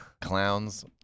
Clowns